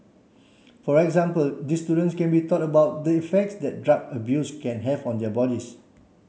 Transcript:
for example these students can be taught about the effects that drug abuse can have on their bodies